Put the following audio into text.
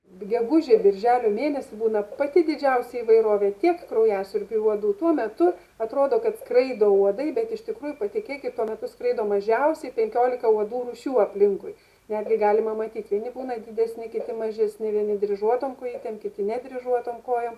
gegužę birželio mėnesį būna pati didžiausia įvairovė tiek kraujasiurbių uodų tuo metu atrodo kad skraido uodai bet iš tikrųjų patikėkit tuo metu skraido mažiausiai penkiolika uodų rūšių aplinkui netgi galima matyt vieni būna didesni kiti mažesni vieni dryžuotom kojytėm kiti nedryžuotom kojom